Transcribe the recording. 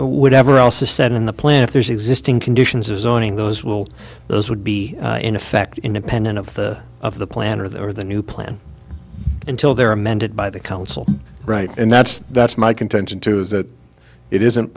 or whatever else is said in the plan if there's existing conditions or zoning those will those would be in effect independent of the of the plan or the new plan until there amended by the council right and that's that's my contention too is that it isn't